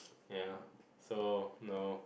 ya so no